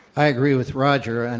i agree with roger, and